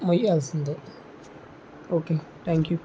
మోయాల్సిందే okay thank you